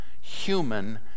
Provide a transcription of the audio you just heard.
human